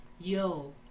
yo